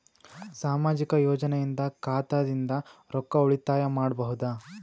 ಸಾಮಾಜಿಕ ಯೋಜನೆಯಿಂದ ಖಾತಾದಿಂದ ರೊಕ್ಕ ಉಳಿತಾಯ ಮಾಡಬಹುದ?